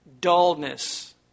dullness